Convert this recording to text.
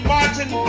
Martin